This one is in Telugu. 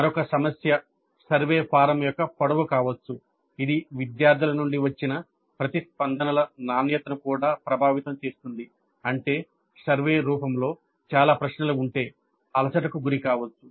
మరొక సమస్య సర్వే ఫారం యొక్క పొడవు కావచ్చు ఇది విద్యార్థుల నుండి వచ్చిన ప్రతిస్పందనల నాణ్యతను కూడా ప్రభావితం చేస్తుంది అంటే సర్వే రూపంలో చాలా ప్రశ్నలు ఉంటే అలసటకు గురి కావచ్చు